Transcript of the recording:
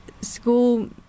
school